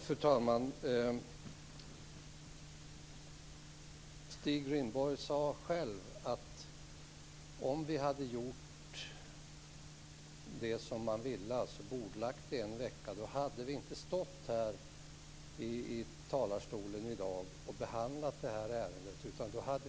Fru talman! Stig Rindborg sade själv att om vi hade bordlagt ärendet en vecka hade vi inte stått här i talarstolen i dag.